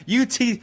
UT